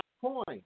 point